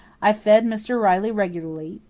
i fed mr. riley regularly,